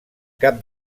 cap